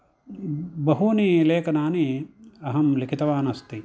बहूनि लेखनानि अहं लिखितवान् अस्ति